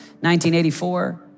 1984